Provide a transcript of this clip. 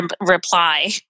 reply